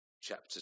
chapter